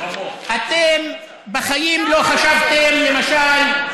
אתם בחיים לא חשבתם, למשל,